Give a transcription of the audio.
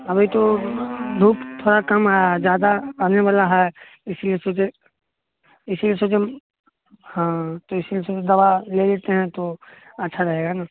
अभी तो धुप थोड़ा कम है जादा आने बाला है इसलिए सोचे इसलिए सोचे हँ तो इसलिए सोचे दवा ले लेते है तो अच्छा रहेगा ने